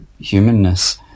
humanness